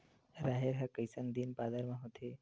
राहेर ह कइसन दिन बादर म होथे?